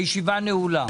הישיבה נעולה.